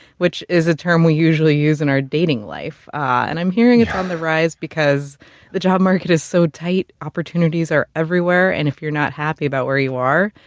which is a term we usually use in our dating life. and i'm hearing it on um the rise because the job market is so tight, opportunities are everywhere. and if you're not happy about where you are,